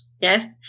Yes